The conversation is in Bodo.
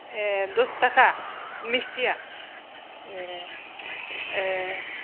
ए दसथाखा मिस्थिया ए ए